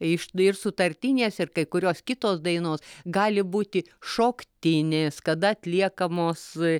iš ir sutartinės ir kai kurios kitos dainos gali būti šoktinės kada atliekamos